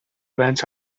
went